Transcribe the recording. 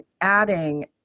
adding